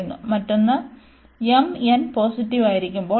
മറ്റൊന്ന് m n positive ആയിരിക്കുമ്പോൾ ഇത്